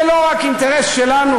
זה לא רק אינטרס שלנו,